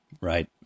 Right